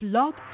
Blog